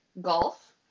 Golf